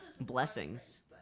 blessings